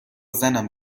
زنم